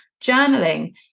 journaling